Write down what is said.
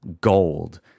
gold